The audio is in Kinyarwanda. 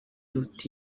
iruta